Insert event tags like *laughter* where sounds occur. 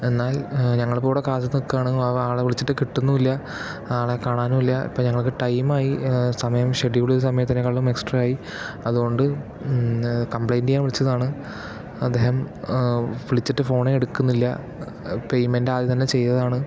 എന്നാൽ ഞങ്ങളിപ്പം ഇവിടെ കാത്തു നിൽക്കുകയാണ് *unintelligible* ആളെ വിളിച്ചിട്ട് കിട്ടുന്നും ഇല്ല ആളെ കാണാനും ഇല്ല ഇപ്പം ഞങ്ങൾക്ക് ടൈമായി സമയം ഷെഡ്യൂള് സമയത്തിനേക്കാളും എക്സ്ട്ര ആയി അതുകൊണ്ട് കംപ്ലെയിൻ്റ് ചെയ്യാൻ വിളിച്ചതാണ് അദ്ദേഹം വിളിച്ചിട്ട് ഫോണെ എടുക്കുന്നില്ല പേയ്മെൻ്റ് ആദ്യം തന്നെ ചെയ്തതാണ്